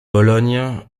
bologne